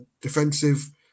defensive